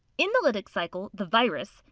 in the lytic cycle, the virus,